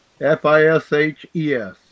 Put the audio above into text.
F-I-S-H-E-S